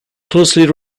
closely